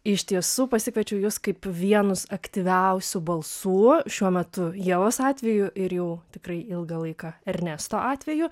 iš tiesų pasikviečiau jus kaip vienus aktyviausių balsų šiuo metu ievos atveju ir jau tikrai ilgą laiką ernesto atveju